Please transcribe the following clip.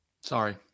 Sorry